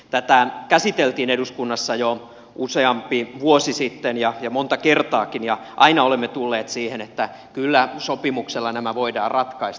tätä käsiteltiin eduskunnassa jo useampi vuosi sitten ja monta kertaakin ja aina olemme tulleet siihen että kyllä sopimuksella nämä voidaan ratkaista